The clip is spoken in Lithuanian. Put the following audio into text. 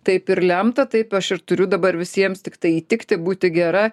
taip ir lemta taip aš ir turiu dabar visiems tiktai įtikti būti gera